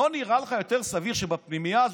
לא נראה לך יותר סביר שבפנימייה הזאת,